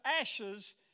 ashes